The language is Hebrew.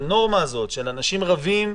הנורמה הזאת שאנשים רבים,